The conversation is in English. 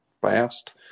fast